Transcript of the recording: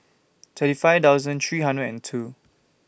thirty five thousand three hundred and two